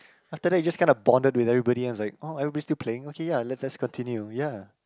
after that you just kinda bonded with everybody and it's like oh everybody's still playing okay ya let's let's continue ya